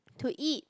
to eat